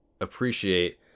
appreciate